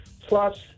Plus